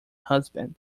husband